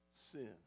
sin